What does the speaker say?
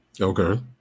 Okay